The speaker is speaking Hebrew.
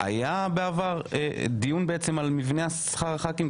היה בעבר דיון על מבנה שכר הח"כים?